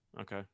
Okay